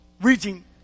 Reaching